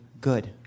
good